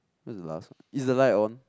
what's the last one is the light on